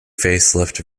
facelift